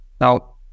now